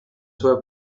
sua